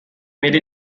made